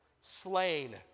Slain